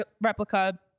replica